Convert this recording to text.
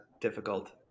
difficult